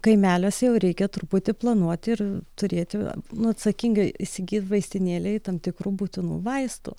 kaimeliuose jau reikia truputį planuoti ir turėti nu atsakingai įsigyt vaistinėlę ir tam tikrų būtinų vaistų